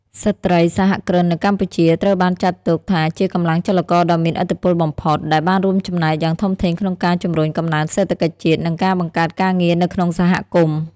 ស្ត្រីសហគ្រិននៅកម្ពុជាត្រូវបានចាត់ទុកថាជាកម្លាំងចលករដ៏មានឥទ្ធិពលបំផុត ដែលបានរួមចំណែកយ៉ាងធំធេងក្នុងការជំរុញកំណើនសេដ្ឋកិច្ចជាតិ និងការបង្កើតការងារនៅក្នុងសហគមន៍។